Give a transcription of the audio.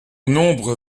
nombre